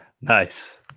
Nice